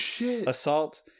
assault